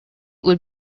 would